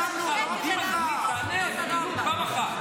האנשים האלה הם גם חלק מהעולם שלנו,